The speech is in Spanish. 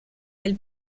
del